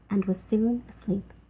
and was soon asleep.